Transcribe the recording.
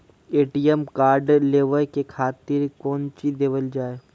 ATM card लेवे के खातिर कौंची देवल जाए?